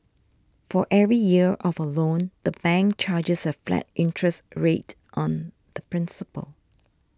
for every year of a loan the bank chargers a flat interest rate on the principal